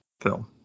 film